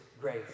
grace